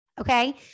Okay